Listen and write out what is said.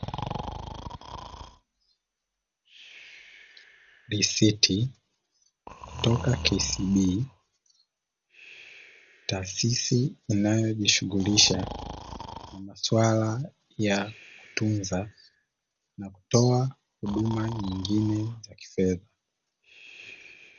Risiti kutoka "KCB", taasisi inayojishughulisha na masuala ya kutunza na kutoa huduma nyingine za kifedha.